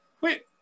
wait